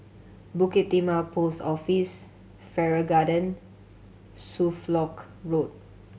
Bukit Timah Post Office Farrer Garden Suffolk Road